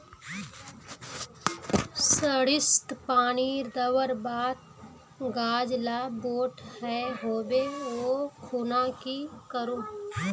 सरिसत पानी दवर बात गाज ला बोट है होबे ओ खुना की करूम?